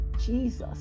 Jesus